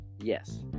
Yes